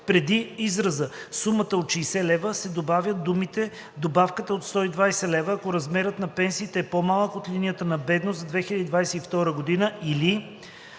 преди израза „сумата от 60 лв.“ се добавят думите „добавка от 120 лв., ако размерът на пенсията е по-малък от линията на бедност за 2022 г. или“